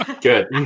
Good